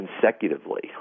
consecutively